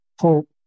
hope